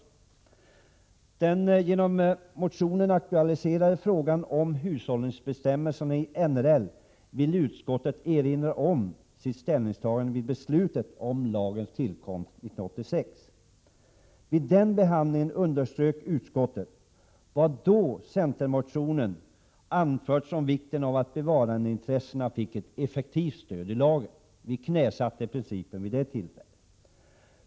Vad rör den genom motionen aktualiserade frågan om hushållningsbestämmelserna i NRL vill utskottet erinra om sitt ställningstagande vid beslutet om lagens tillkomst 1986. Vid behandlingen då underströk utskottet vad i centermotionen hade anförts om vikten av att bevarandeintressena fick ett effektivt stöd i lagen. Vid detta tillfälle knäsatte vi principen.